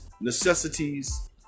necessities